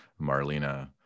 Marlena